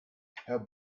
herr